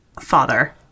father